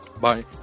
Bye